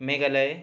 Meghalaya